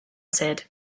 said